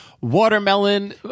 watermelon